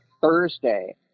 Thursday –